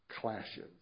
Clashes